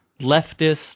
leftist